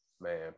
Man